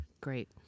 Great